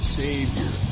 savior